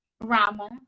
Rama